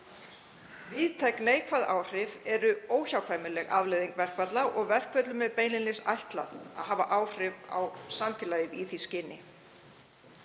Víðtæk neikvæð áhrif eru óhjákvæmileg afleiðing verkfalla og verkföllum er beinlínis ætlað að hafa áhrif á samfélagið í því skyni.